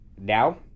Now